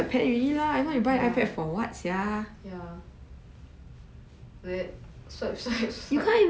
hundred plus right ya ya